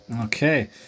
Okay